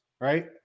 right